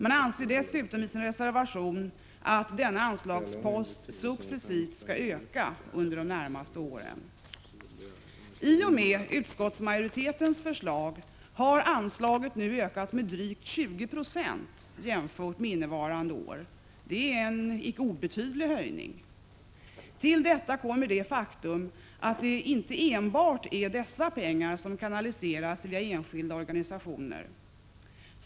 Man anser dessutom i sin HHernad one ä 5 RE å utvecklingssamarbete reservation att denna anslagspost successivt skall öka under de närmaste m.m. I och med utskottsmajoritetens förslag har anslaget nu ökat med drygt 20 20 jämfört med innevarande år — en icke obetydlig höjning. Till detta kommer det faktum att det inte enbart är dessa pengar som kanaliseras via enskilda organisationer.